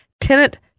tenant